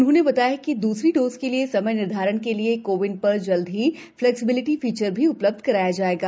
उन्होंने बताया कि दूसरी डोज के लिए समय निर्धारण के लिए कोविन पर जल्द ही फ्लेक्सबिलटी फीचर भी उपलब्ध कराया जाएगा